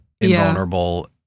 invulnerable